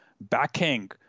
backing